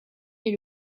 est